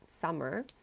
summer